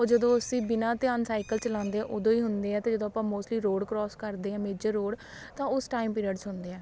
ਉਹ ਜਦੋਂ ਅਸੀਂ ਬਿਨਾਂ ਧਿਆਨ ਸਾਈਕਲ ਚਲਾਉਂਦੇ ਹਾਂ ਉਦੋਂ ਹੀ ਹੁੰਦੇ ਆ ਅਤੇ ਜਦੋਂ ਆਪਾਂ ਮੋਸਟਲੀ ਰੋਡ ਕ੍ਰੋਸ ਕਰਦੇ ਹਾਂ ਮੇਜਰ ਰੋਡ ਤਾਂ ਉਸ ਟਾਈਮ ਪੀਰੀਅਡ 'ਚ ਹੁੰਦੇ ਹੈ